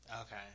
Okay